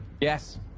Yes